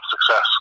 success